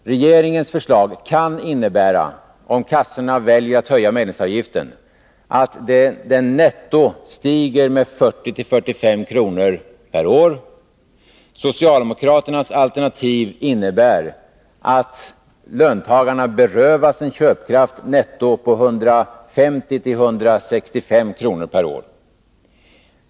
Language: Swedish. Regeringens förslag kan innebära — om kassorna väljer att höja medlemsavgiften — att den netto stiger 40-45 kr. per år. Socialdemokraternas alternativ innebär att löntagarna berövas en köpkraft netto på 150-165 kr. per år.